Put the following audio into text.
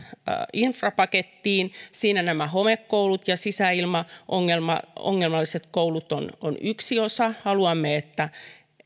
infrapakettiin siinä nämä homekoulut ja sisäilmaongelmalliset koulut ovat yksi osa haluamme että